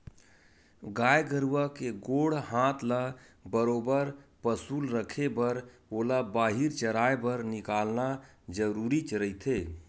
गाय गरुवा के गोड़ हात ल बरोबर पसुल रखे बर ओला बाहिर चराए बर निकालना जरुरीच रहिथे